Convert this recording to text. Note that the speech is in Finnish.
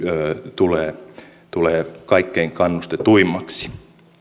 tulee tulee kaikkein kannustetuimmaksi